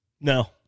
No